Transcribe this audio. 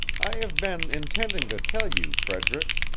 i have been intending to tell you, frederick,